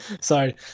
sorry